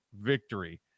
victory